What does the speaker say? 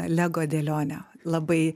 lego dėlionę labai